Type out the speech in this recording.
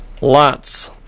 Lots